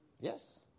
Yes